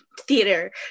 theater